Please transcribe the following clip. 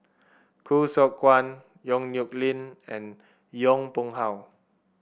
Khoo Seok Wan Yong Nyuk Lin and Yong Pung How